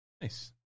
Nice